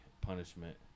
punishment